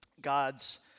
God's